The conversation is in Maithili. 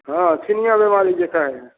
हँ चिनियाँ बेमारी जे कहै